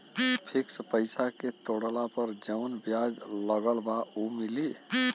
Fix पैसा के तोड़ला पर जवन ब्याज लगल बा उ मिली?